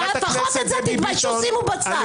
לפחות בזה תתביישו, שימו בצד.